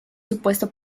supuesto